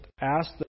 ask